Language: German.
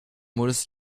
modus